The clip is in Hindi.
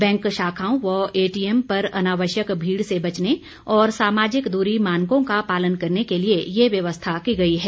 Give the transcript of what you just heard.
बैंक शाखाओं व एटीएम पर अनावश्यक भीड़ से बचने और सामाजिक दूरी मानकों का पालन करने के लिए ये व्यवस्था की गई है